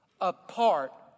apart